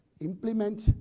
implement